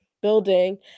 Building